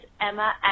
Emma